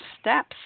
Steps